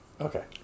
Okay